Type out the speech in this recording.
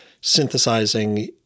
synthesizing